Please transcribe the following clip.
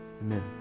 Amen